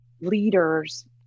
leaders